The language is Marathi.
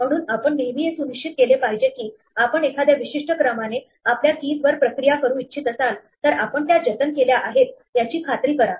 म्हणून आपण नेहमी हे सुनिश्चित केले पाहिजे की आपण एखाद्या विशिष्ट क्रमाने आपल्या keys वर प्रक्रिया करू इच्छित असाल तर आपण त्या जतन केल्या आहेत याची खात्री करा